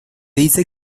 dice